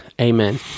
amen